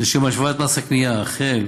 לשם השוואת מס הקנייה החל